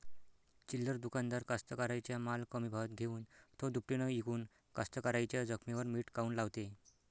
चिल्लर दुकानदार कास्तकाराइच्या माल कमी भावात घेऊन थो दुपटीनं इकून कास्तकाराइच्या जखमेवर मीठ काऊन लावते?